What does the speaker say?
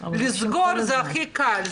לסגור זה הכי קל,